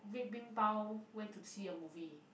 red bean pao went to see a movie